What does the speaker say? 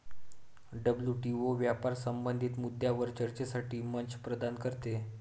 WTO व्यापार संबंधित मुद्द्यांवर चर्चेसाठी मंच प्रदान करते